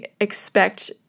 expect